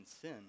sin